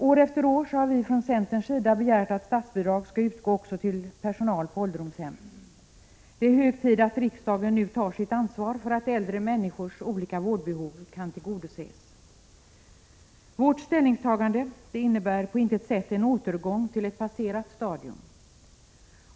År efter år har vi från centerns sida begärt att statsbidrag skall utgå också till personal på ålderdomshem. Det är hög tid att riksdagen nu tar sitt ansvar för att äldre människors olika vårdbehov skall kunna tillgodoses. Vårt ställningstagande innebär på intet sätt en återgång till ett passerat stadium.